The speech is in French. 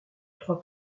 trois